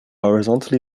horizontally